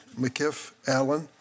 McKiff-Allen